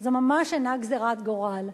זו ממש אינה גזירת גורל.